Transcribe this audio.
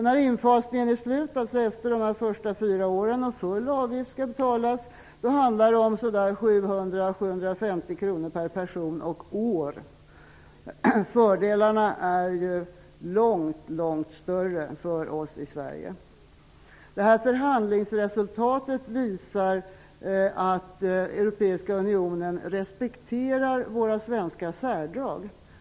När infasningen är slut efter de första fyra åren och full avgift skall betalas, handlar det om 700--750 kr per person och år. Fördelarna är långt, långt större för oss i Sverige. Förhandlingsresultatet visar att Europeiska Unionen respekterar våra svenska särdrag.